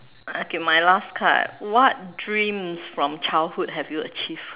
okay my last card what dreams from childhood have you achieved